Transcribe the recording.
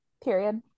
Period